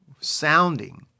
sounding